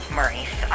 Maurice